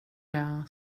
jag